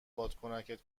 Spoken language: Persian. بادکنکت